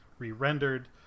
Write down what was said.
re-rendered